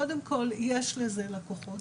קודם כל, יש לזה לקוחות.